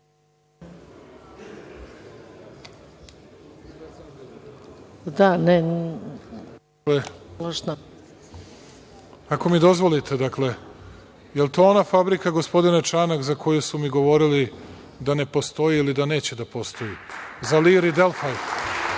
Vučić** Ako mi dozvolite. Dakle, jel to ona fabrika, gospodine Čanak, za koju su mi govorili da ne postoji ili da neće da postoji za „Lir“ i „ Delfaj“.